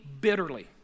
bitterly